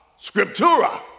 Scriptura